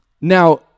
Now